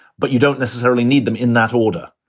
but you don't necessarily need them in that order.